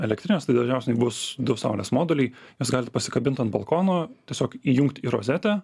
elektrinės tai dažniausiai bus du saulės moduliai jas galit pasikabint ant balkono tiesiog įjungt į rozetę